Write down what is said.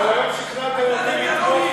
אבל היום שכנעתם אותי לתמוך,